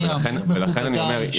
לכן אני אומר,